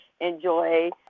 enjoy